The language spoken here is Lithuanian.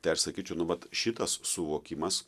tai aš sakyčiau nu vat šitas suvokimas